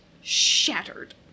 shattered